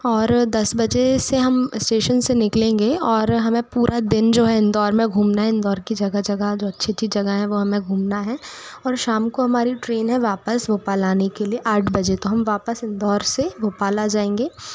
और दस बजे से हम एस्टेशन से निकलेंगे और हमें पूरा दिन जो है इंदौर मे घूमना है इंदौर की जगह जगह जो अच्छी अच्छी जगह है वो हमें घूमना है और शाम को हमारी ट्रेन है वापस भोपाल आने के लिए आठ बजे तो हम वापस इंदौर से भोपाल आ जाएंगे